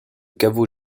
caveau